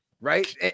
Right